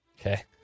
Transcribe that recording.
Okay